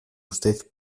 usted